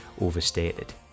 overstated